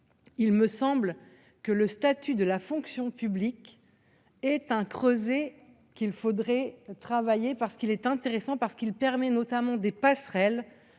il me semble que le statut de la fonction publique est un qu'il faudrait travailler parce qu'il est intéressant parce qu'il permet, notamment, des passerelles